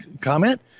comment